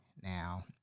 now